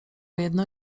jedno